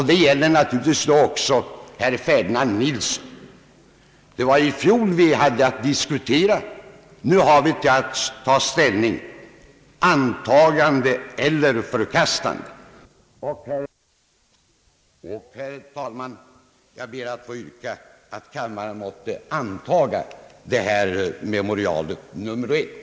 Det var i fjol vi hade att diskutera, nu har vi att ta ställning — antagande eller förkastande. Herr talman! Jag ber att få yrka på antagande av memorial nr 1.